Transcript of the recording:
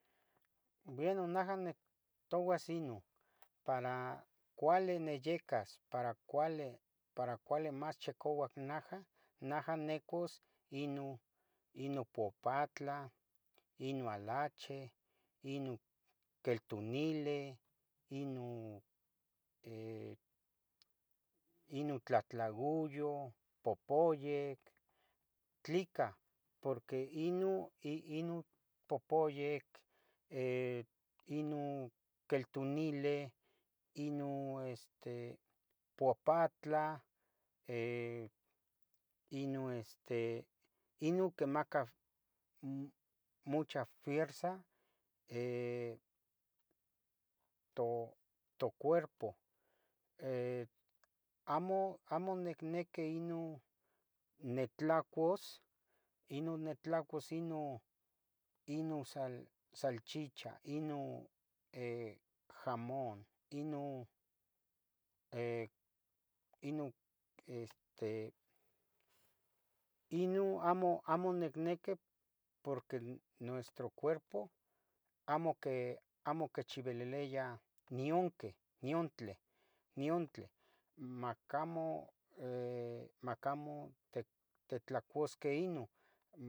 Bueno naha nictouas ino, para cuali niyecas para cuali, para cuali mas chicouac naha, naha nicus ino, ino pupatlah, ino alache, ino queltunileh, ino eh ino tlahtlauyoh, popoyic, ¿tlica? porque ino, ino popoyic, eh, ino queltunileh, ino este, eh puapatlah, eh, ino este, ino quimaca mm mucha fierza, eh, to, tocuerpo, eh, amo, amo nicniqui ino nitlacus, ino nitlacus ino ino sal, ino salchicha, ino eh jamón, ino eh eh este, ino amo nic mo nicniqui porque nuestro cuerpo amo que amo quichibililia nionqueh niontleh, niontleh macamo eh, macamo te tetlacusqueh ino